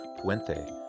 Puente